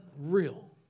real